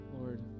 Lord